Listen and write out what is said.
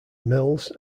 mills